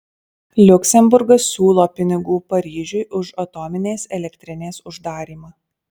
liuksemburgas siūlo pinigų paryžiui už atominės elektrinės uždarymą